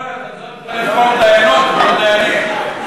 נכון, לבחור דיינות ולא דיינים.